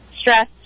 stress